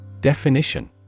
Definition